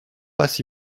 pas